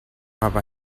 aber